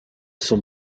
son